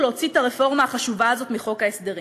להוציא את הרפורמה החשובה הזאת מחוק ההסדרים.